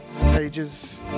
pages